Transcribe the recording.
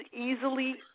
easily